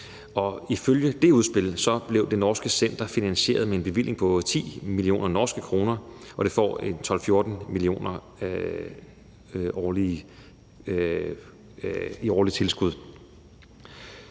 Og ifølge det udspil blev det norske center finansieret med en bevilling på 10 millioner norske kroner, og det får 12-14 millioner i årligt tilskud.